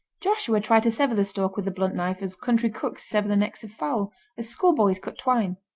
joshua tried to sever the stalk with the blunt knife as country cooks sever the necks of fowl as schoolboys cut twine.